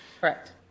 Correct